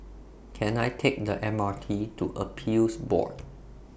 Can I Take The M R T to Appeals Board